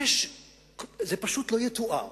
זה פשוט לא יתואר.